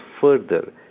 further